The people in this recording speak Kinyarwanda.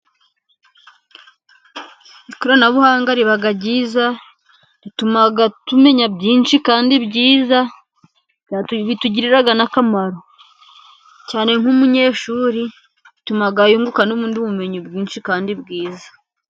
Ikoranabuhanga riba ryiza, rituma tumenya byinshi kandi byiza bitugirira akamaro, cyane nk'umunyeshuri rituma yunguka n'ubundi bumenyi bwinshi kandi bwiza.